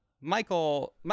Michael